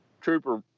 trooper